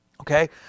Okay